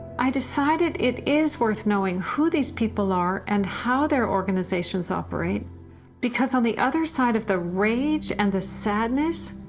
i decided it is worth knowing who these people are and how their organizations operate because on the other side of the rage and the sadness,